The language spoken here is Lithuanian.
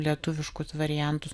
lietuviškus variantus